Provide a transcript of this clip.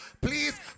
Please